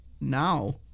now